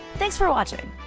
thanks for watching!